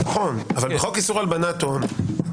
נכון אבל בחוק איסור הלבנת הון,